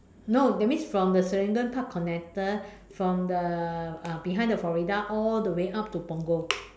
no that means from the Serangoon Park connector from the uh behind the Florida all the way up to Punggol